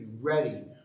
ready